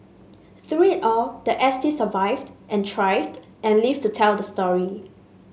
through it all the S T survived and thrived and lived to tell the story